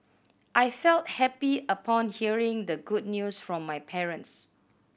I felt happy upon hearing the good news from my parents